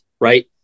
right